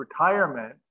retirement